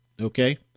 okay